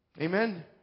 Amen